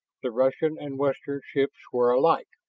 the russian and western ships were alike.